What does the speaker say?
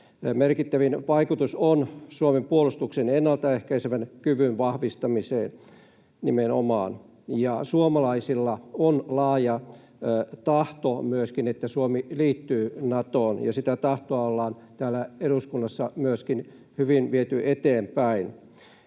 Merkittävin vaikutus on Suomen puolustuksen ennalta ehkäisevän kyvyn vahvistamiseen nimenomaan. Suomalaisilla on myöskin laaja tahto, että Suomi liittyy Natoon, ja sitä tahtoa ollaan täällä eduskunnassa myöskin hyvin viety eteenpäin.